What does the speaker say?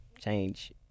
change